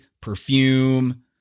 perfume